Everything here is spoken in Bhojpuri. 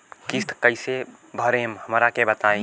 किस्त कइसे भरेम हमरा के बताई?